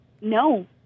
no